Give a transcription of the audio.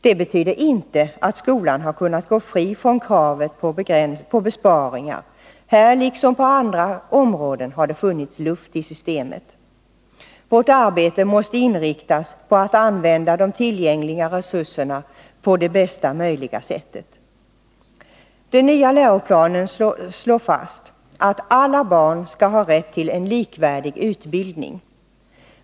Det betyder inte att skolan har kunnat gå fri från kra t på besparingar. Här liksom på andra områden har det funnits luft i systemet. Vårt arbete måste inriktas på att använda tillgängliga resurser på bästa möjliga sätt. Den nya läroplanen slår fast att alla barn skall ha rätt till en likvärdig utbildning.